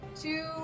two